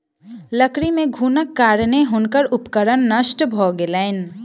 लकड़ी मे घुनक कारणेँ हुनकर उपकरण नष्ट भ गेलैन